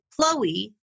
Chloe